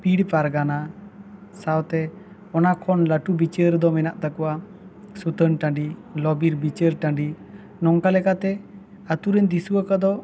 ᱯᱤᱲ ᱯᱟᱨᱜᱟᱱᱟ ᱥᱟᱶᱛᱮ ᱚᱱᱟ ᱠᱷᱚᱱ ᱞᱟᱹᱴᱩ ᱵᱤᱪᱟᱹᱨ ᱫᱚ ᱢᱮᱱᱟᱜ ᱛᱟᱠᱚᱣᱟ ᱥᱩᱛᱟᱹᱱ ᱴᱟᱺᱰᱤ ᱞᱚ ᱵᱤᱨ ᱵᱤᱪᱟᱹᱨ ᱴᱟᱺᱰᱤ ᱱᱚᱝᱠᱟ ᱞᱮᱠᱟᱛᱮ ᱟᱛᱳ ᱨᱮᱱ ᱫᱤᱥᱣᱟᱹ ᱠᱚᱫᱚ